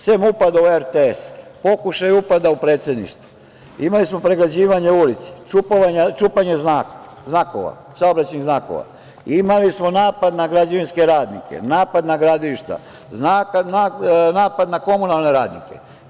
Sem upada u RTS, pokušaja upada u Predsedništvo, imali smo pregrađivanje ulice, čupanje saobraćajnih znakova, imali smo napad na građevinske radnike, napad na gradilišta, napad na komunalne radnike.